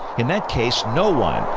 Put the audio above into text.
in that case, no one,